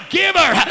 giver